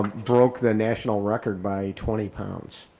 broke the national record by twenty pounds.